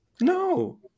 No